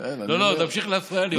לא לא, תמשיך להפריע לי, הוא אומר.